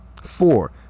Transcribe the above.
four